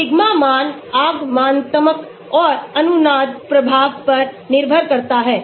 sigma मान आगमनात्मक और अनुनाद प्रभाव पर निर्भर करता है